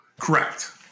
Correct